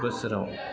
बोसोराव